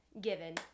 given